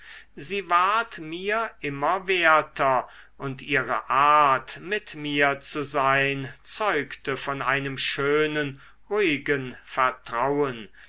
sie ward mir immer werter und ihre art mit mir zu sein zeugte von einem schönen ruhigen vertrauen